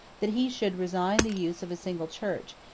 that he should resign the use of a single church,